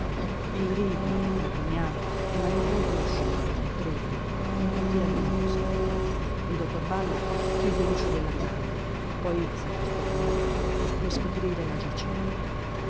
il righi la cognata e la nipote uscirono trepidi con gli occhi lagrimosi il dottor balla chiuse l'uscio della camera poi s'accostò al letto per scoprire la giacente